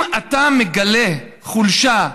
אם אתה מגלה חולשה,